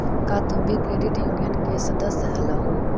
का तुम भी क्रेडिट यूनियन के सदस्य हलहुं?